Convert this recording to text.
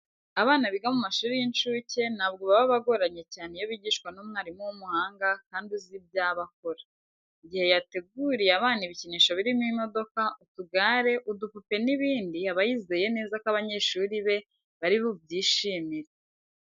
Abana biga mu mashuri y'incuke ntabwo baba bagoranye cyane iyo bigishwa n'umwarimu w'umuhanga kandi uzi ibyo aba akora. Mu gihe yateguriye abana ibikinisho birimo imodoka, utugare, udupupe n'ibindi aba yizeye neza ko abanyeshuri be bari bubyishimire.